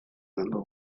number